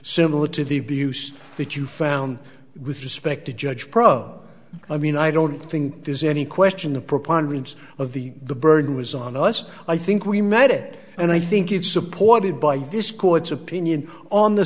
similar to the abuse that you found with respect to judge pro i mean i don't think there's any question the preponderance of the the burden was on us i think we made it and i think it's supported by this court's opinion on the